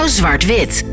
zwart-wit